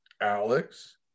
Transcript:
Alex